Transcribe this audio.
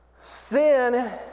sin